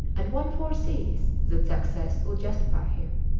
and one foresees that success will justify him.